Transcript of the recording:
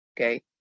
Okay